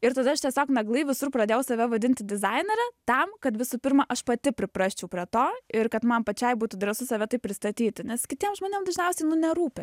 ir tada aš tiesiog naglai visur pradėjau save vadinti dizainere tam kad visų pirma aš pati priprasčiau prie to ir kad man pačiai būtų drąsu save taip pristatyti nes kitiem žmonėm dažniausiai nu nerūpi aš